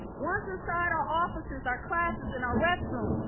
once inside our offices, our classes, and our restroom,